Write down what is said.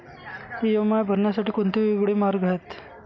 EMI भरण्यासाठी कोणते वेगवेगळे मार्ग आहेत?